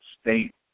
state